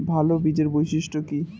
ভাল বীজের বৈশিষ্ট্য কী?